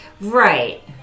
Right